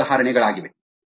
ಈ ಮೂರು ಉದಾಹರಣೆಗಳಾಗಿವೆ